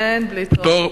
אין בלי תור.